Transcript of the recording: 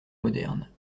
moderne